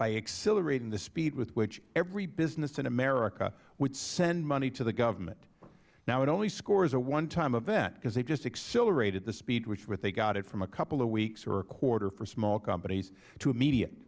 accelerating the speed with which every business in america would send money to the government now it only scores a onetime event because they just accelerated the speed with which they got it from a couple of weeks or a quarter for small companies to immediate